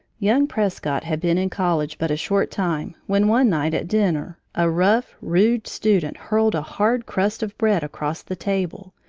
young prescott had been in college but a short time when, one night at dinner, a rough, rude student hurled a hard crust of bread across the table,